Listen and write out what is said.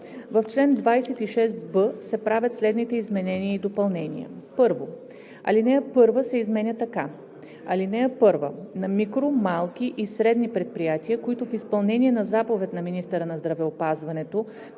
В чл. 26б се правят следните изменения и допълнения: 1. Алинея 1 се изменя така: „(1) На микро, малки и средни предприятия, които в изпълнение на заповед на министъра на здравеопазването